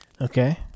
Okay